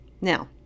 Now